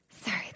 Sorry